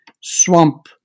swamp